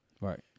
Right